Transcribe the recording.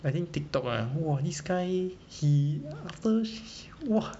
I think tik tok !wah! this guy he after !wah!